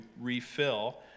refill